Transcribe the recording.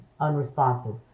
unresponsive